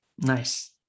Nice